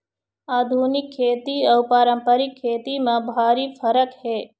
आधुनिक खेती अउ पारंपरिक खेती म भारी फरक हे